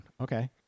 okay